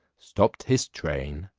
stopped his train,